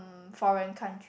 um foreign country